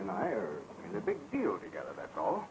and i are in a big deal together that's all